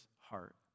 heart